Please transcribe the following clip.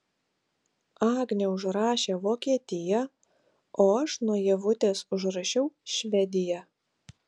agnė užrašė vokietiją o aš nuo ievutės užrašiau švediją